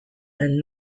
and